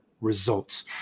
results